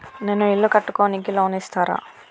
నేను ఇల్లు కట్టుకోనికి లోన్ ఇస్తరా?